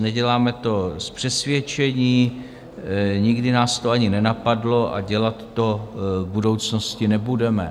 Neděláme to z přesvědčení, nikdy nás to ani nenapadlo a dělat to v budoucnosti nebudeme.